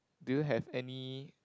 do you have any